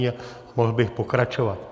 A mohl bych pokračovat.